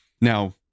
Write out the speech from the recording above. Now